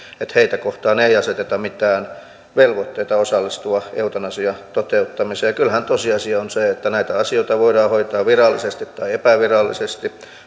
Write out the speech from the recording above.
heitä kohtaan ei aseteta mitään velvoitteita osallistua eutanasian toteuttamiseen kyllähän tosiasia on se että näitä asioita voidaan hoitaa virallisesti tai epävirallisesti